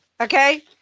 okay